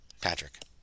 Patrick